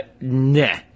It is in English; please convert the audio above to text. nah